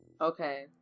Okay